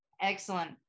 Excellent